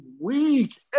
week